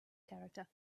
character